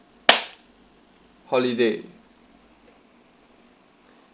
holiday